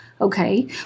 okay